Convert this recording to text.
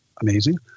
amazing